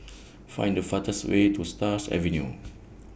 Find The fastest Way to Stars Avenue